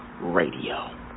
Radio